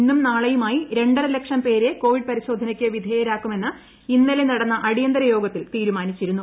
ഇന്നും നാളെയുമായി രണ്ടര ലക്ഷം പേരെ കോവിഡ് പരിശോധനയ്ക്കു വിധേയരാക്കുമെന്ന് ഇന്നലെ നടന്ന അടിയന്തര യോഗത്തിൽ തീരുമാനിച്ചിരുന്നു